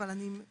אבל אני מציעה,